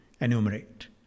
enumerate